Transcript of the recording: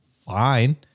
fine